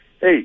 Hey